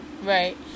Right